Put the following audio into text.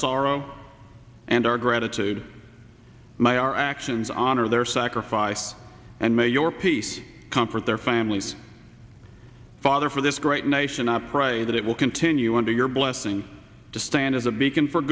sorrow and our gratitude my our actions honor their sacrifice and may your peace comfort their families father for this great nation our pride that it will continue under your blessing to stand as a beacon for